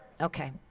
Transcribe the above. Okay